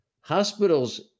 Hospitals